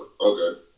Okay